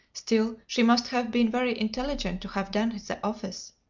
still, she must have been very intelligent to have done the office.